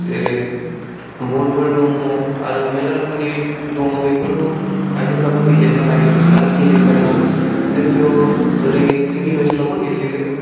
जेरै बल फोर दङ आरो मेरला रोखोमनि दङ बेफोरखौ आइजोफोराबो गेलेनो हायो आरो गेलेखायोबो जोंनियाव ओरै ओनसोलावबो गेलेयो